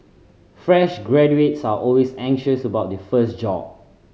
fresh graduates are always anxious about their first job